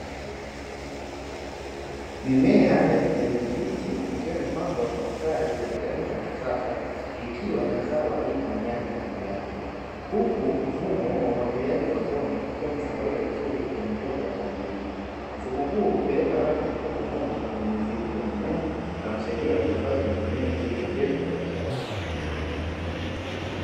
Mimea ya kijani kibichi ikiwa imepangwa kwa mstari katika duka la kisasa ikiwa na zao la nyanya juu yake, huku mfumo wa umwagiliaji wa matone ukiwa umesambazwa vizuri kwenye udongo wa shamba hilo, mfumo huo hupeleka maji moja kwa moja kwenye mizizi ya mimea na kusaidia kuhifadhi unyevu unyevu ili kuongeza uzalishaji.